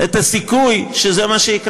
את הסיכוי שזה מה שיקרה.